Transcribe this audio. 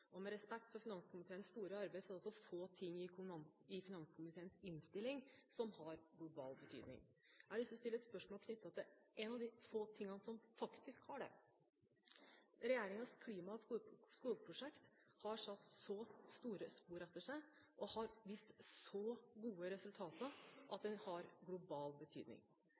og med respekt for finanskomiteens store arbeid: Det er det også få ting i finanskomiteens innstilling som har global betydning. Men jeg har lyst til å stille et spørsmål knyttet til én av de få tingene som faktisk har det. Regjeringens klima- og skogprosjekt har satt så store spor etter seg og har vist så gode resultater at det har global betydning.